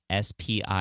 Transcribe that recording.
SPI